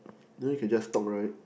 you know you can just talk right